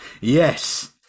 Yes